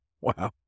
Wow